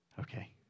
Okay